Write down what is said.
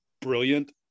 brilliant